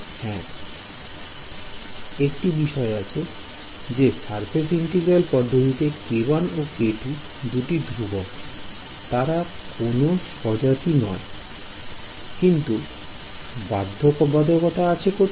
হ্যাঁ একটি বিষয় আছে যে সারফেস ইন্টিগ্রাল পদ্ধতিতে k1 ও k2 দুটি ধ্রুবক তারা কোন স্বজাতি বস্তু I কিন্তু বাধ্যবাধকতা কোথায়